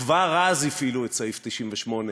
כבר אז הפעילו את סעיף 98,